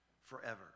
forever